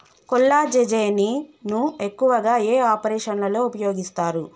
కొల్లాజెజేని ను ఎక్కువగా ఏ ఆపరేషన్లలో ఉపయోగిస్తారు?